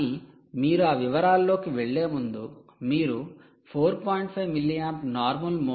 కానీ మీరు ఆ వివరాల్లోకి వెళ్ళే ముందు మీరు 4